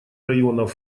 районов